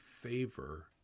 favor